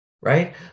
right